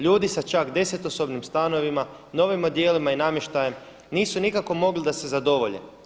Ljudi sa čak deseto sobnim stanovima, novim odjelima i namještajem, nisu nikako mogli da se zadovolje.